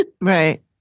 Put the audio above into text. Right